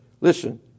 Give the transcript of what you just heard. listen